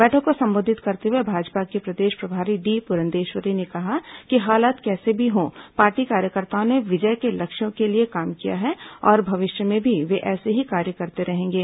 बैठक को संबोधित करते हुए भाजपा की प्रदेश प्रभारी डी पुरंदेश्वरी ने कहा कि हालात कैसे भी हो पार्टी कार्यकर्ताओं ने विजय के लक्ष्यों के लिए काम किया है और भविष्य में भी वे ऐसे ही कार्य करते रहेंगे